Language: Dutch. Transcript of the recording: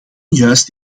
juist